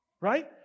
right